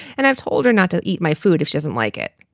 and i've told her not to eat my food if she doesn't like it.